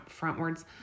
frontwards